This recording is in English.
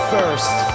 First